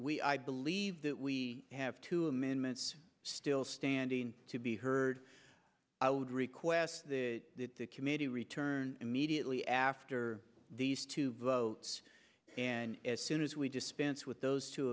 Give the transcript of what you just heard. we i believe that we have two amendments still standing to be heard i would request that the committee return immediately after these two votes and as soon as we dispense with those two